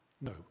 No